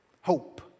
Hope